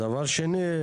דבר שני,